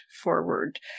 forward